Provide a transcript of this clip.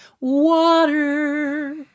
Water